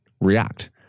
react